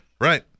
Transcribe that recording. right